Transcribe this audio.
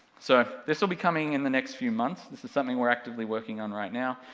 so, this will be coming in the next few months, this is something we're actively working on right now,